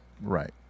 right